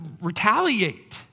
retaliate